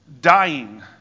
dying